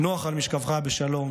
נוח על משכבך בשלום.